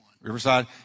Riverside